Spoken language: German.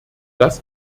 das